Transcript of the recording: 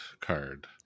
card